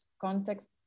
context